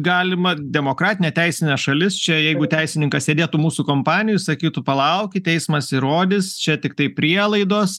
galima demokratinė teisinė šalis čia jeigu teisininkas sėdėtų mūsų kompanijoj sakytų palaukit teismas įrodys čia tiktai prielaidos